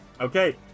Okay